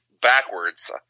backwards